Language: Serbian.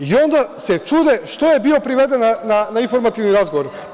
I, onda se čude što je bio priveden na informativni razgovor.